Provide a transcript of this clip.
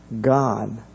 God